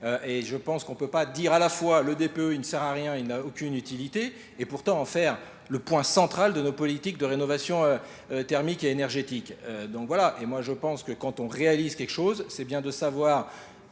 Et je pense qu'on ne peut pas dire à la fois, le DPE ne sert à rien, il n'a aucune utilité, et pourtant en faire le point central de nos politiques de rénovation thermique et énergétique. Donc voilà, et moi je pense que quand on réalise quelque chose, c'est bien de savoir